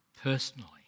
personally